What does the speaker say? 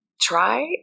try